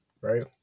Right